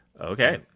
Okay